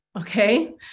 okay